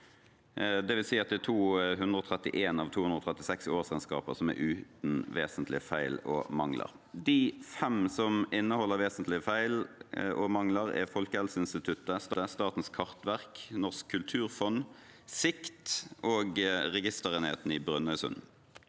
Det vil si at det er 231 av 236 årsregnskaper som er uten vesentlige feil og mangler. De fem som inneholder vesentlige feil og mangler, er Folkehelseinstituttet, Statens kartverk, Norsk kulturfond, Sikt og Registerenheten i Brønnøysund.